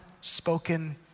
spoken